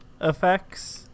effects